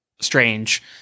Strange